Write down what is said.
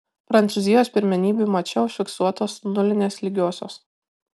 prancūzijos pirmenybių mače užfiksuotos nulinės lygiosios